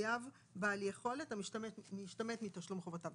חייב בעל יכולת המשתמט מתשלום חובותיו.